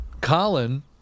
Colin